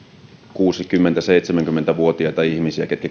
kuusikymmentä viiva seitsemänkymmentä vuotiaita ihmisiä ketkä